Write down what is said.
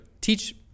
teach